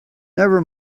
never